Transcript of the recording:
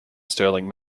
stirling